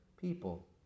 people